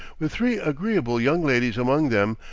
with three agreeable young ladies among them,